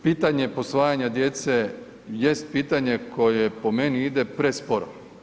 Pitanje posvajanje djece jest pitanje koje po meni ide presporo.